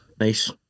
nice